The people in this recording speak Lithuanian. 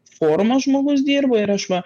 forma žmogus dirba ir aš va